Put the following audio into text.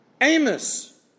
Amos